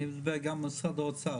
אני יודע גם משרד האוצר,